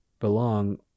belong